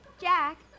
Jack